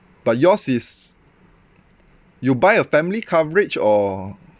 but yours is you buy a family coverage or